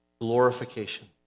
glorification